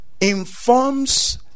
informs